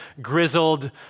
grizzled